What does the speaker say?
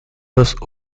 dos